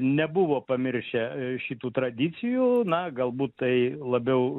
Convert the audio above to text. nebuvo pamiršę šitų tradicijų na galbūt tai labiau